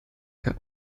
per